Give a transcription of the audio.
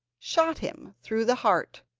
shot him through the heart,